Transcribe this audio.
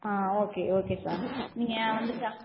ஆ okay okay sir நீங்கள் வந்துட்டு